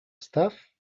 stuff